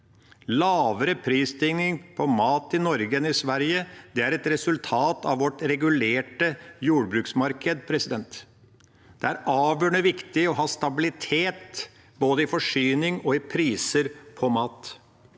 Lavere prisstigning på mat i Norge enn i Sverige er et resultat av vårt regulerte jordbruksmarked. Det er avgjørende viktig å ha stabilitet på mat, både i forsyning og i priser. Ved at